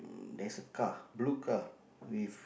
there's a car blue car with